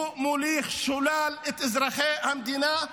הוא מוליך שולל את אזרחי המדינה.